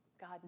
God